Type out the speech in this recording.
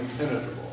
impenetrable